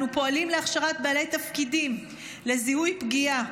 אנו פועלים להכשרת בעלי תפקידים לזיהוי פגיעה.